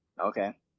Okay